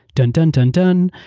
dun-dun-dun-dun,